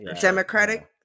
Democratic